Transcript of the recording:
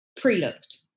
pre-looked